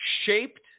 shaped